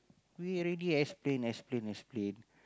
we already explain explain explain